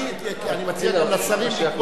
אני מכיר גם מצבים,